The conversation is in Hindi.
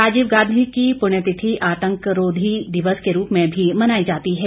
राजीव गांधी की पुण्यतिथि आतंक रोधी दिवस के रूप में भी मनाई जाती है